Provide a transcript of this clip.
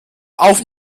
auf